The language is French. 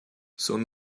son